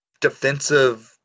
defensive